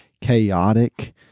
chaotic